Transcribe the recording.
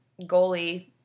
goalie